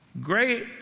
Great